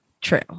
True